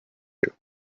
you